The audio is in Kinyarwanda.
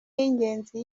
y’ingenzi